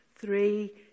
three